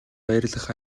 баярлах